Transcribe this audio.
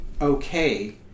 okay